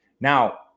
Now